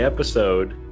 Episode